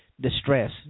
distress